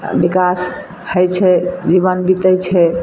विकास होइ छै जीवन बीतय छै